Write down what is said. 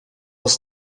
was